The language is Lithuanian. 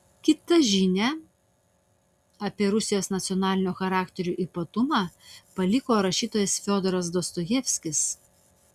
kitą žinią apie rusijos nacionalinio charakterio ypatumą paliko rašytojas fiodoras dostojevskis